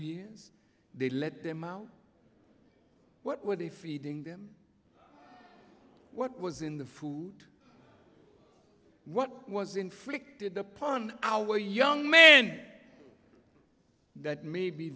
years they let them out what were they feeding them what was in the food what was inflicted upon our young men that maybe